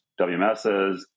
WMSs